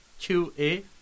QA